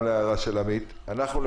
גם להערה של עו"ד עמית מררי.